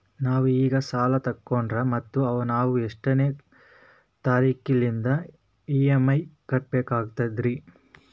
ನಾವು ಈಗ ಸಾಲ ತೊಗೊಂಡ್ರ ಮತ್ತ ನಾವು ಎಷ್ಟನೆ ತಾರೀಖಿಲಿಂದ ಇ.ಎಂ.ಐ ಕಟ್ಬಕಾಗ್ತದ್ರೀ?